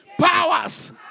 Powers